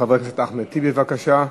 חבר הכנסת אחמד טיבי, בבקשה.